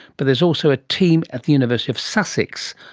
but there's also a team at the university of sussex,